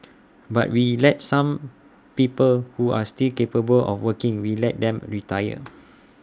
but we let some people who are still capable of working we let them retire